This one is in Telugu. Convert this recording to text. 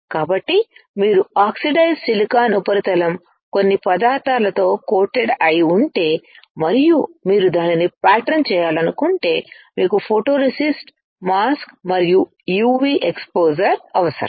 కాబట్టి మీరు ఆక్సిడైజ్ సిలికాన్ ఉపరితలం కొన్ని పదార్థాలతో కోటెడ్ అయి ఉంటే మరియు మీరు దానిని ప్యాటర్న్ చేయాలనుకుంటే మీకు ఫోటోరేసిస్ట్ మాస్క్ మరియు UV ఎక్స్పోజర్ అవసరం